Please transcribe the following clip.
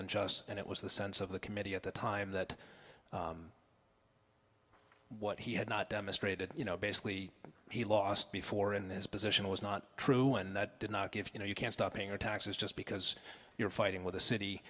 unjust and it was the sense of the committee at the time that what he had not demonstrated you know basically he lost before and his position was not true one that did not give you know you can stop paying our taxes just because you're fighting with the city